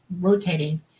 rotating